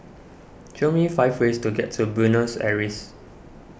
show me five ways to get to Buenos Aires